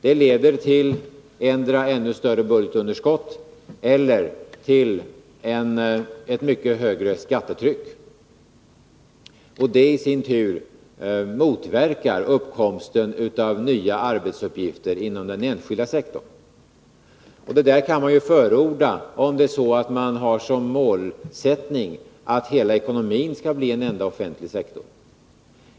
Detta leder antingen till ett ännu större budgetunderskott eller till ett mycket högre skattetryck, vilket i sin tur motverkar uppkomsten av nya arbetstillfällen inom den enskilda sektorn. Det där kan man ju förorda, om man har som mål att hela ekonomin skall bli en enda offentlig sektor.